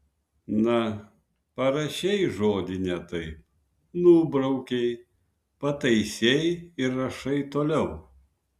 na parašei žodį ne taip nubraukei pataisei ir rašai toliau